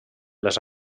les